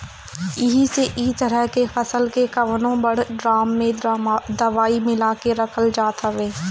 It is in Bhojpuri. एही से इ तरह के फसल के कवनो बड़ ड्राम में दवाई मिला के रखल जात हवे